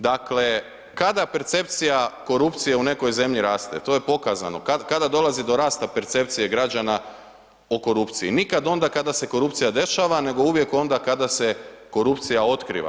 Dakle, kada percepcija korupcije u nekoj zemlji raste, to je pokazano, kada dolazi do rasta percepcije građana o korupciji, nikad onda kada se korupcija dešava nego uvijek onda kada se korupcija otkriva.